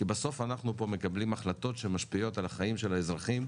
כי בסוף אנחנו פה מקבלים החלטות שמשפיעות על החיים של האזרחים,